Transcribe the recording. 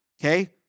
okay